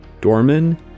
Dorman